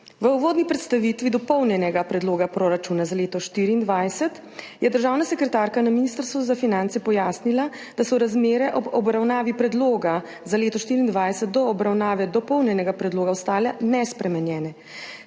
V uvodni predstavitvi dopolnjenega predloga proračuna za leto 2024 je državna sekretarka na Ministrstvu za finance pojasnila, da so razmere ob obravnavi predloga za leto 2024 do obravnave dopolnjenega predloga ostale nespremenjene.